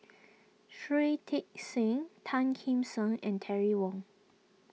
Shui Tit Sing Tan Kim Seng and Terry Wong